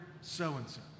so-and-so